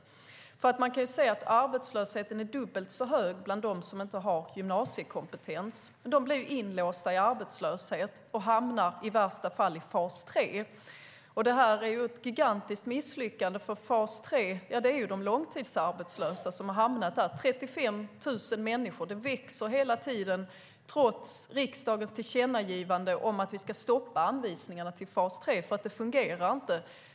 Man kan se att arbetslösheten är dubbelt så hög bland dem som inte har gymnasiekompetens. De blir inlåsta i arbetslöshet och hamnar i värsta fall i fas 3. Det är ett gigantiskt misslyckande. Det är nämligen de långtidsarbetslösa som har hamnat i fas 3, 35 000 människor. Det växer hela tiden, trots riksdagens tillkännagivande om att vi ska stoppa anvisningarna till fas 3 eftersom det inte fungerar.